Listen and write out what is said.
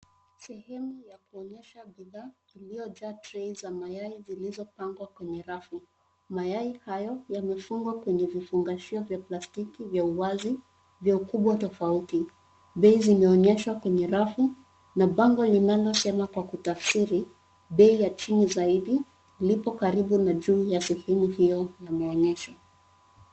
Sehemu ya kuonyesha bidhaa iliyojaa trei za mayai zilizopangwa kwenye rafu. Mayai hayo yamefungwa kwenye vifungashio vya plastiki vya wazi, vya ukubwa tofauti. Bei zimeonyeshwa kwenye rafu na bango linalosema kwa kutafsiri, bei ya chini zaidi lipo karibu na juu ya sehemu hiyo ya maonyesho.